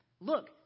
Look